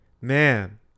man